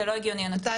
זה לא הגיוני, הנתון.